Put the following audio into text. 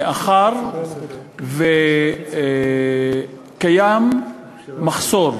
מאחר שקיים מחסור,